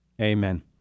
Amen